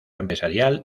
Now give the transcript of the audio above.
empresarial